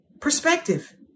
Perspective